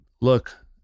look